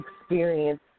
experience